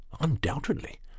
undoubtedly